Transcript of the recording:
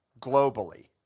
globally